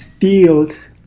field